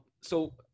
so-